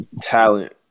talent